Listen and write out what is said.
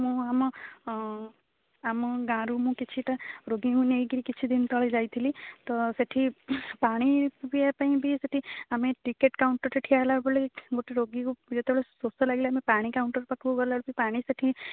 ମୁଁ ଆମ ଆମ ଗାଁ'ରୁ ମୁଁ କିଛିଟା ରୋଗୀଙ୍କୁ ନେଇକି କିଛି ଦିନ ତଳେ ଯାଇଥିଲି ତ ସେଠି ପାଣି ପିଇବା ପାଇଁ ବି ସେଠି ଆମେ ଟିକେଟ୍ କାଉଣ୍ଟର୍ରେ ଠିଆ ହେଲାବେଳେ ଗୋଟେ ରୋଗୀକୁ ଯେତେବେଳେ ଶୋଷ ଲାଗିଲା ଆମେ ପାଣି କାଉଣ୍ଟର୍ ପାଖକୁ ଗଲାବେଳେ ବି ପାଣି ସେଠି